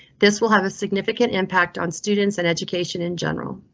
this will have a significant impact on students and education in general.